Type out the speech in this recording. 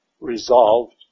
resolved